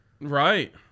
Right